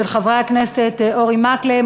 של חברי הכנסת אורי מקלב,